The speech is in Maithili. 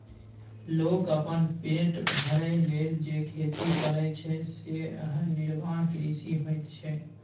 लोक अपन पेट भरय लेल जे खेती करय छै सेएह निर्वाह कृषि होइत छै